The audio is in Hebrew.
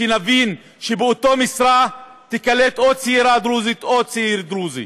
שנבין שבאותה משרה תיקלט או צעירה דרוזית או צעיר דרוזי.